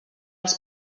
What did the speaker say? els